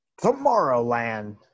Tomorrowland